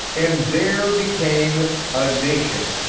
and there became a nation,